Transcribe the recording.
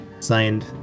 signed